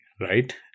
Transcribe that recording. right